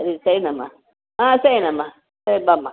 ಅದೇ ಸರಿಯಮ್ಮ ಹಾಂ ಸರಿಯಮ್ಮ ಸರಿ ಬಾಮ್ಮ